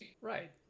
right